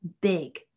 big